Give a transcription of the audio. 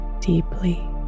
deeply